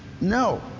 No